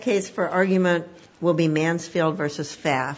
case for argument will be mansfield versus fast